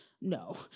No